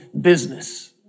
business